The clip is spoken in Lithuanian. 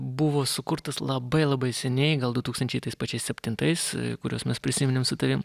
buvo sukurtas labai labai seniai gal du tūkstančiai tais pačiais septintais kuriuos mes prisiminėm su tavim